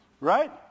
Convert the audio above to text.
Right